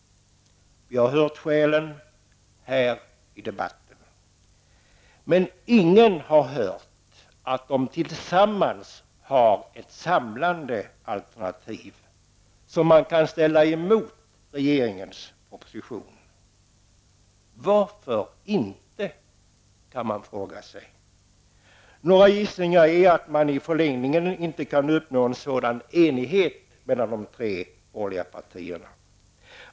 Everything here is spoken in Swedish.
Vi har hört skälen här i debatten. Ingen har dock hört att dessa partier tillsammans har ett samlat alternativ som man kan ställa emot regeringens proposition. Man kan fråga sig varför så inte är fallet. En gissning är att man i förlängningen inte kan uppnå en sådan enighet mellan de tre borgerliga partierna.